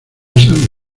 esas